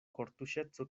kortuŝeco